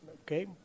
Okay